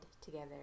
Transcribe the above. together